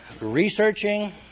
researching